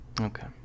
okay